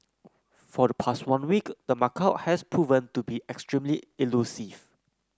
for the past one week the macaque has proven to be extremely elusive